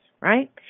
right